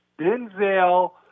Denzel